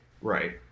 right